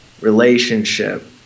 relationship